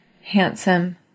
handsome